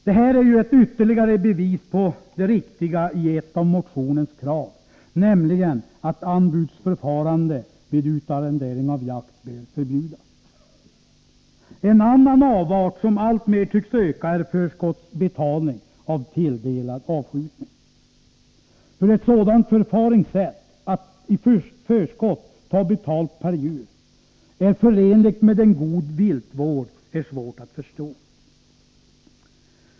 Det här är ytterligare ett bevis på det riktiga i ett av motionens krav, nämligen att anbudsförfarande vid utarrendering av jakt bör förbjudas. En annan avart som tycks öka alltmer är förskottsbetalning av tilldelad avskjutning. Hur ett sådant förfaringssätt, att i förskott ta betalt per djur, är förenligt med en god viltvård är svårt att förstå.